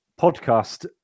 podcast